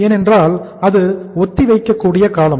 ஏனென்றால் அது ஒத்திவைக்கக் கூடிய காலம்